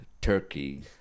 turkey